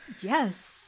Yes